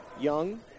Young